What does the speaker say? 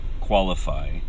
qualify